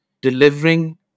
delivering